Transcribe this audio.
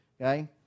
okay